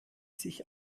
sich